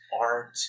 art